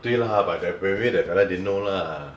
对 lah but pre~ maybe that fellow didn't know lah